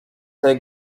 tej